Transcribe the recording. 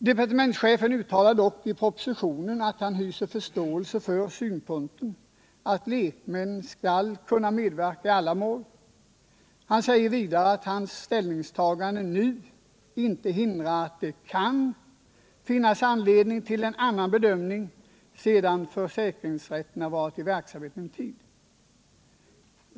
Departementschefen uttalar dock i propositionen att han hyser förståelse för synpunkten att lekmän skall kunna medverka i alla mål. Han säger vidare att hans ställningstagande nu inte hindrar att det kan finnas anledning till en annan bedömning sedan försäkringsrätten varit i verksamhet en tid.